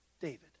David